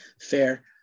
Fair